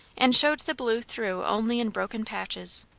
and showed the blue through only in broken patches.